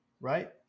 right